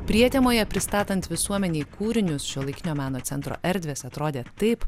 prietemoje pristatant visuomenei kūrinius šiuolaikinio meno centro erdvės atrodė taip